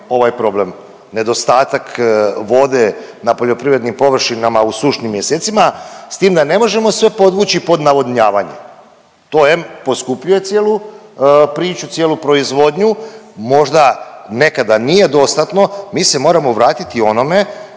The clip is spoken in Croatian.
ovaj problem nedostatak vode na poljoprivrednim površinama u sušnim mjesecima s tim da ne možemo sve podvući pod navodnjavanje. To em poskupljuje cijelu priču, cijelu proizvodnju. Možda nekada nije dostatno. Mi se moramo vratiti onome